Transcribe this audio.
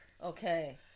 Okay